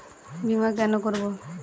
বিমা কেন করব?